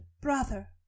brother